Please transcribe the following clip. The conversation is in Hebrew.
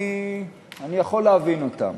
אני יכול להבין אותם.